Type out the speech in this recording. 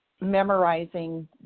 memorizing